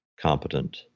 competent